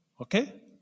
Okay